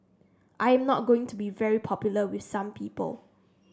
i am not going to be very popular with some people